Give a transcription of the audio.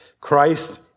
Christ